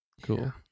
cool